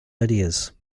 ideas